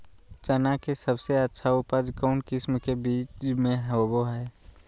चना के सबसे अच्छा उपज कौन किस्म के बीच में होबो हय?